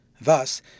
Thus